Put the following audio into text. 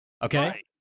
Okay